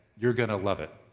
you're gonna love it.